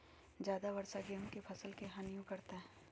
ज्यादा वर्षा गेंहू के फसल के हानियों करतै?